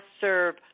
serve